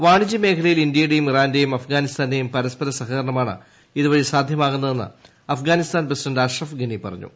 വാണിജൃ മേഖലയിൽ ഇന്ത്യയുടെയും ഇറാന്റേയും അഫ്ഗാനിസ്ഥാന്റേയും പരസ്പര സഹകരണമാണ് ഇതുവഴി സാധ്യമാകുന്നതെന്ന് അഫ്ഗാനിസ്ഥാൻ പ്രസിഡന്റ് അഷറഫ് ഗനി പറഞ്ഞു